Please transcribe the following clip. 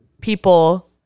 people